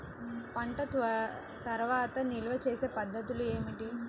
పంట తర్వాత నిల్వ చేసే పద్ధతులు ఏమిటి?